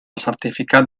certificat